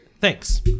Thanks